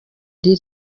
ari